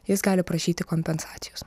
jis gali prašyti kompensacijos